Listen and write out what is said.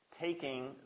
taking